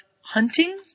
hunting